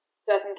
certain